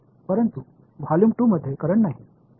परंतु व्हॉल्यूम 2 मध्ये करंट नाही